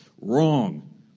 wrong